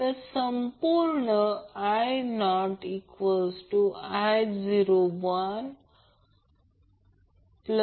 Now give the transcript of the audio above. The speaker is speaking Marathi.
तर संपूर्ण I0I0I0 येईल